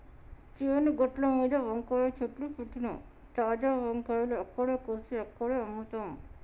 చేను గట్లమీద వంకాయ చెట్లు పెట్టినమ్, తాజా వంకాయలు అక్కడే కోసి అక్కడే అమ్ముతాం